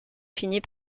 finit